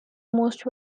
most